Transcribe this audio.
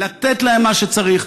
לתת להם מה שצריך.